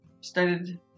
started